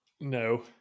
No